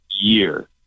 year